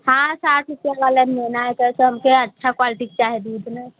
हाँ साठ रूपया वाला लेना है बस हमके अच्छा क्वालटी का चाहि दूध न